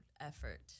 effort